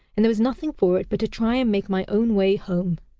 and there was nothing for it but to try and make my own way home.